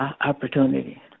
opportunity